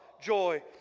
joy